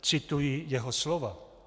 Cituji jeho slova.